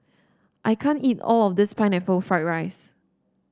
I can't eat all of this Pineapple Fried Rice